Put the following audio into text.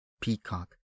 Peacock